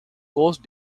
coast